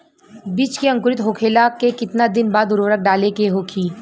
बिज के अंकुरित होखेला के कितना दिन बाद उर्वरक डाले के होखि?